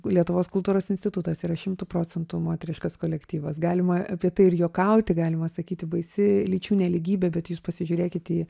lietuvos kultūros institutas yra šimtu procentų moteriškas kolektyvas galima apie tai ir juokauti galima sakyti baisi lyčių nelygybė bet jūs pasižiūrėkit į